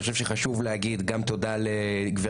אני חושב שחשוב להגיד גם תודה לגברת